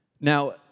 Now